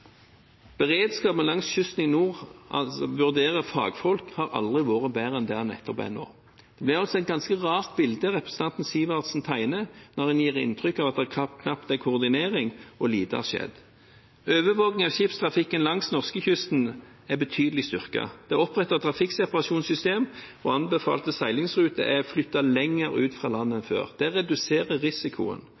i nord aldri har vært bedre enn den er nå. Det blir altså et ganske rart bilde representanten Sivertsen tegner når han gir inntrykk av at det knapt er koordinering, og at lite har skjedd. Overvåkningen av skipstrafikken langs norskekysten er betydelig styrket, det er opprettet et trafikkseparasjonssystem, og anbefalte seilingsruter er flyttet lenger ut fra land enn før. Det reduserer risikoen.